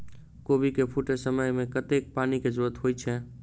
कोबी केँ फूटे समय मे कतेक पानि केँ जरूरत होइ छै?